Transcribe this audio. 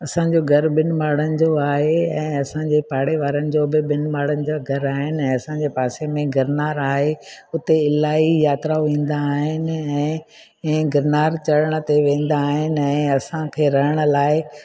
असांजो घर ॿिनि माड़ियुनि जो घर आहे ऐं असांजे पाड़े वारनि जो बि ॿिनि माड़ियुनि जा घर आहिनि ऐं असांजे पासे में ई गिरनार आहे उते इलाही यात्राऊं ईंदा आहिनि ऐं गिरनार चरण ते वेंदा आहिनि ऐं असांखे रहण लाइ